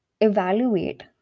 evaluate